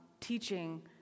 teaching